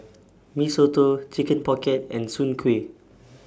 Mee Soto Chicken Pocket and Soon Kway